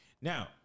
Now